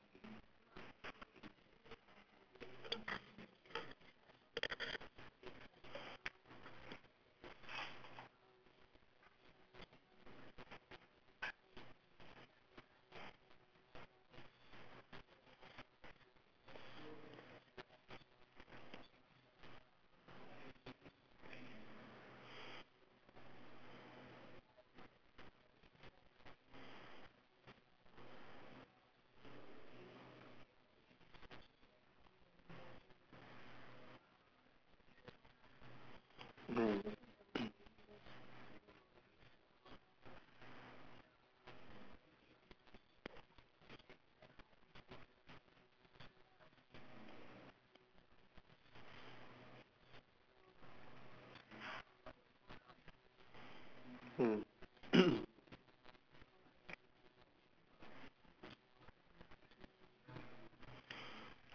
mm